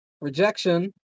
rejection